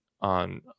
on